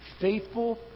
faithful